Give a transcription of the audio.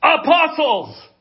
apostles